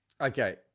Okay